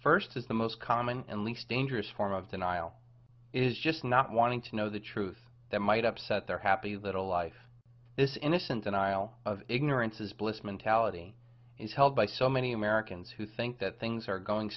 first as the most common and least dangerous form of denial is just not wanting to know the truth that might upset their happy little life is innocent and isle of ignorance is bliss mentality is held by so many americans who think that things are going